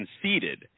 conceded